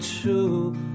true